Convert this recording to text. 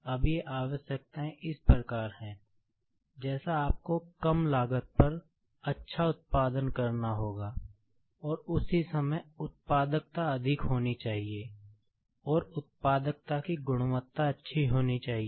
अब ये आवश्यकताएं इस प्रकार हैं जैसे आपको कम लागत पर अच्छा उत्पादन करना होगा और उसी समय उत्पादकता अधिक होनी चाहिए और उत्पाद की गुणवत्ता अच्छी होनी चाहिए